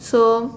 so